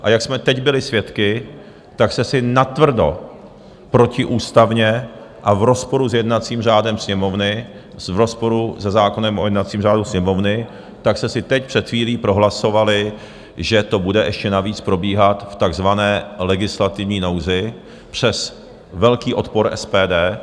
A jak jsme teď byli svědky, tak jste si natvrdo, protiústavně a v rozporu s jednacím řádem Sněmovny, v rozporu se zákonem o jednacím řádu Sněmovny, jste si teď před chvílí prohlasovali, že to bude ještě navíc probíhat v takzvané legislativní nouzi, přes velký odpor SPD.